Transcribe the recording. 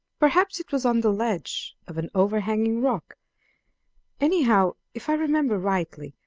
perhaps it was on the ledge of an overhanging rock anyhow, if i remember rightly,